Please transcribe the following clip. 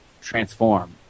transform